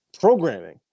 programming